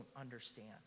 understand